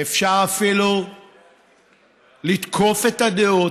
ואפשר אפילו לתקוף את הדעות.